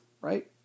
right